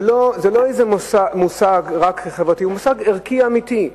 זה לא איזה מושג רק חברתי, הוא מושג ערכי אמיתי.